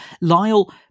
Lyle